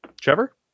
Trevor